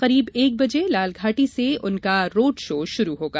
करीब एक बजे लालघाटी से उनका रोड शो शुरू होगा